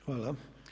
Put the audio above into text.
Hvala.